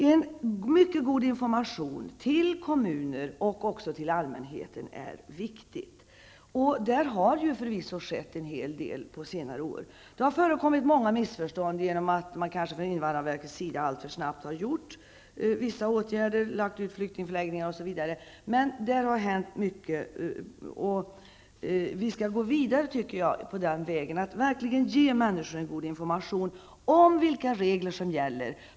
En mycket god information till kommuner och även till allmänheten är viktig. Där har förvisso skett en hel del på senare år. Det har förekommit många missförstånd genom att invandrarverket alltför snabbt har vidtagit vissa åtgärder, lagt ut flyktingförläggningar osv. Men det har hänt mycket, och vi skall gå vidare på den vägen, tycker jag, och verkligen ge människor en god information om vilka regler som gäller.